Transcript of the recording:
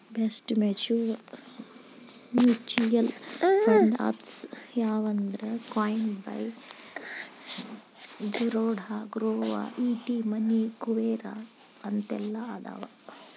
best mutual fund apps ಯಾವಂದ್ರಾ coin by Zerodha Groww ET money Kuvera ಅಂತೆಲ್ಲಾ ಅದಾವ